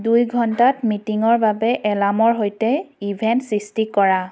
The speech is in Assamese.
দুই ঘণ্টাত মিটিঙৰ বাবে এলাৰ্মৰ সৈতে ইভেণ্ট চিষ্টি কৰা